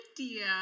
idea